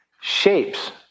shapes